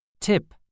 Tip